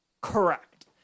correct